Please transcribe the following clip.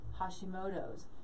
Hashimoto's